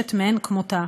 מרגשת מאין כמותה,